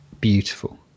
beautiful